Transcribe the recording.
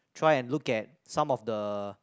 try and look at some of the